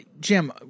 Jim